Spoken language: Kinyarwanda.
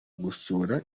gusura